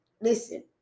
listen